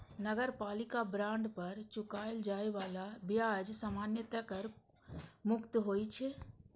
नगरपालिका बांड पर चुकाएल जाए बला ब्याज सामान्यतः कर मुक्त होइ छै